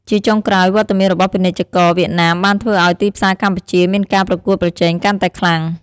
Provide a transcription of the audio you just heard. ជាចុងក្រោយ វត្តមានរបស់ពាណិជ្ជករវៀតណាមបានធ្វើឱ្យទីផ្សារកម្ពុជាមានការប្រកួតប្រជែងកាន់តែខ្លាំង។